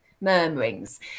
murmurings